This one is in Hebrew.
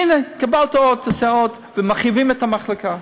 הנה, קיבלת עוד, תעשה עוד, מרחיבים את המחלקה.